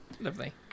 Lovely